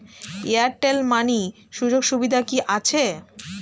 Airtel money সুযোগ সুবিধা কি আছে?